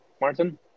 Martin